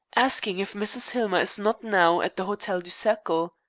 asking if mrs. hillmer is not now at the hotel du cercle.